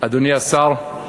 אדוני השר,